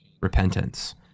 repentance